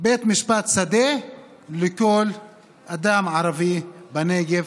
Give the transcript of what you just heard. משפט שדה לכל אדם ערבי בנגב.